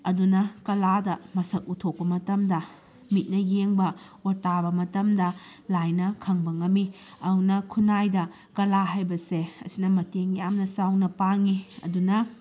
ꯑꯗꯨꯅ ꯀꯂꯥꯗ ꯃꯁꯛ ꯎꯊꯣꯛꯄ ꯃꯇꯝꯗ ꯃꯤꯠꯅ ꯌꯦꯡꯕ ꯑꯣꯔ ꯇꯥꯕ ꯃꯇꯝꯗ ꯂꯥꯏꯅ ꯈꯪꯕ ꯉꯝꯃꯤ ꯑꯗꯨꯅ ꯈꯨꯟꯅꯥꯏꯗ ꯀꯂꯥ ꯍꯥꯏꯕꯁꯦ ꯑꯁꯤꯅ ꯃꯇꯦꯡ ꯌꯥꯝꯅ ꯆꯥꯎꯅ ꯄꯥꯡꯉꯤ ꯑꯗꯨꯅ